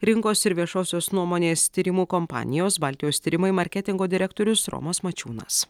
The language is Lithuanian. rinkos ir viešosios nuomonės tyrimų kompanijos baltijos tyrimai marketingo direktorius romas mačiūnas